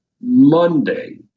Monday